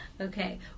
Okay